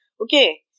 Okay